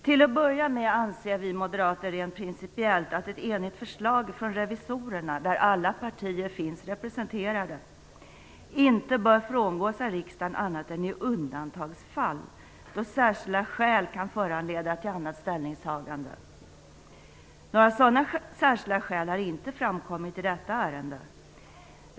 Till att börja med anser vi moderater rent principiellt att ett enigt förslag från revisorerna, där alla partier finns representerade, inte bör frångås av riksdagen annat än i undantagsfall då särskilda skäl kan föranleda ett annat ställningstagande. Några sådana särskilda skäl har inte framkommit i detta ärende.